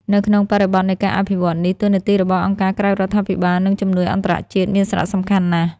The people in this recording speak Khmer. នៅក្នុងបរិបទនៃការអភិវឌ្ឍនេះ តួនាទីរបស់អង្គការក្រៅរដ្ឋាភិបាល និងជំនួយអន្តរជាតិមានសារៈសំខាន់ណាស់។